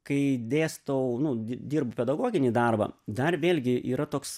kai dėstau nu dirbu pedagoginį darbą dar vėlgi yra toks